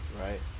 right